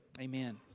Amen